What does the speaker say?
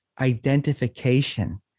identification